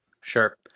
Sure